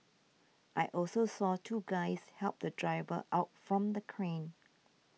I also saw two guys help the driver out from the crane